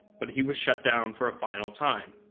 but he was shut down for a final time.